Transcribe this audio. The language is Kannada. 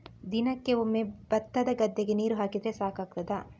ದಿನಕ್ಕೆ ಒಮ್ಮೆ ಭತ್ತದ ಗದ್ದೆಗೆ ನೀರು ಹಾಕಿದ್ರೆ ಸಾಕಾಗ್ತದ?